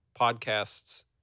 podcasts